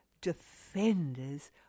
defenders